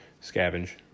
scavenge